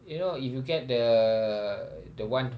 you know if you get the the one